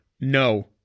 No